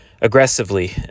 aggressively